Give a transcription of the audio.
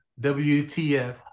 WTF